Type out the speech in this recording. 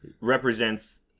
represents